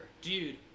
Dude